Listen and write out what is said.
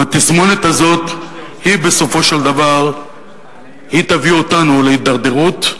והתסמונת הזאת בסופו של דבר תביא אותנו להידרדרות.